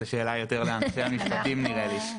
זה שאלה יותר לאנשי המשפטים נראה לי.